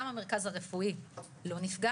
גם המרכז הרפואי לא נפגע